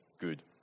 good